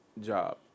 job